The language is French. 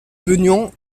beugnon